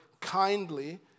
kindly